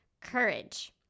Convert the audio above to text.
courage